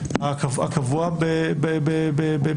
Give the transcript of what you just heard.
ככל